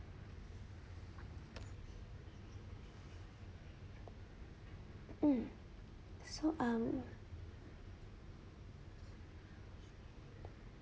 mm so um